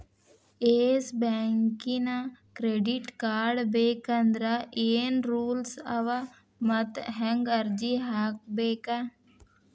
Yes ಬ್ಯಾಂಕಿನ್ credit card ಬೇಕಂದ್ರ ಏನ್ ರೂಲ್ಸವ ಮತ್ತ್ ಹೆಂಗ್ ಅರ್ಜಿ ಹಾಕ್ಬೇಕ?